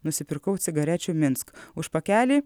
nusipirkau cigarečių minsk už pakelį